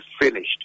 finished